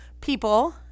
people